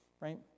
Right